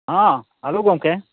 ᱦᱚᱸ ᱟᱹᱞᱩ ᱜᱚᱝᱠᱮ